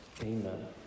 Amen